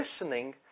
listening